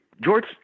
george